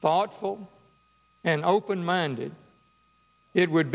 thoughtful and open minded it would